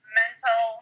mental